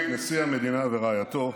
מכובדי נשיא המדינה ורעייתו,